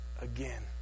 again